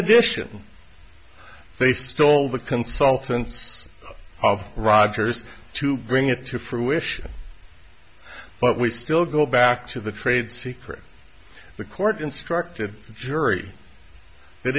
addition they stole the consultants of rogers to bring it to fruition but we still go back to the trade secret the court instructed the jury